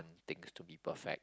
things to be perfect